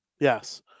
Yes